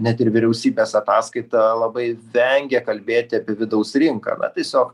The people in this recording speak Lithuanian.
net ir vyriausybės ataskaita labai vengia kalbėti apie vidaus rinką na tiesiog